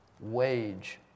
wage